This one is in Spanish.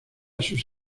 sus